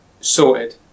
sorted